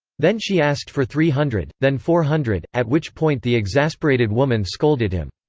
then she asked for three hundred, then four hundred, at which point the exasperated woman scolded him.